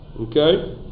Okay